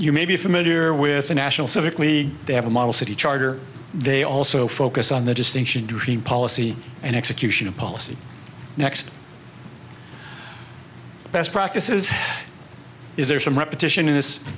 you may be familiar with a national civically they have a model city charter they also focus on the distinction between policy and execution of policy next best practices is there some repetition in this